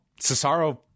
Cesaro